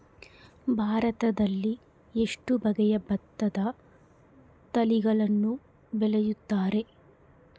ಭಾರತದಲ್ಲಿ ಎಷ್ಟು ಬಗೆಯ ಭತ್ತದ ತಳಿಗಳನ್ನು ಬೆಳೆಯುತ್ತಾರೆ?